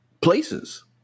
places